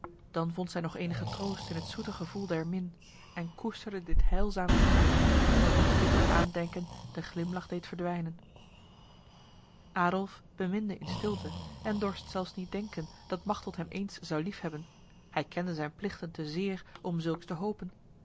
dan vond zij nog enige troost in het zoete gevoel der min en koesterde dit heilzaam vuur totdat een bitter aandenken de glimlach deed verdwijnen adolf beminde in stilte en dorst zelfs niet denken dat machteld hem eens zou liefhebben hij kende zijn plichten te zeer om zulks te hopen